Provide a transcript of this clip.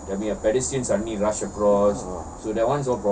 ah